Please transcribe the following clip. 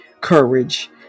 courage